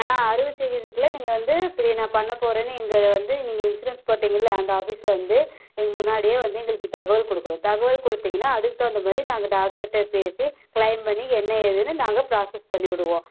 ஆ அறுவை சிகிச்சைக்கெல்லாம் நீங்கள் வந்து இப்படி நான் பண்ண போகிறேன்னு எங்கள் வந்து நீங்கள் இன்சூரன்ஸ் போட்டீங்கள்ல அந்த ஆஃபீஸில் வந்து நீங்கள் முன்னாடியே வந்து எங்களுக்கு தகவல் கொடுக்கணும் தகவல் கொடுத்தீங்கன்னா அதுக்கு தகுந்த மாதிரி நாங்கள் டாக்டர்ட்டே பேசி க்ளைம் பண்ணி என்ன ஏதுன்னு நாங்கள் ப்ராசஸ் பண்ணிவிடுவோம்